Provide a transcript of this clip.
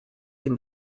can